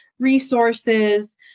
resources